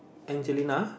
Angelina